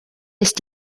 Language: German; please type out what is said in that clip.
ist